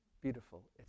beautiful